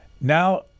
Now